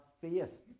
faith